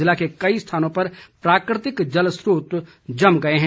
जिले के कई स्थानों पर प्राकृतिक जल स्रोत जम गए हैं